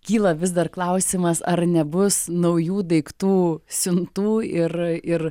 kyla vis dar klausimas ar nebus naujų daiktų siuntų ir ir